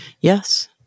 Yes